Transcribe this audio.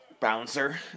Bouncer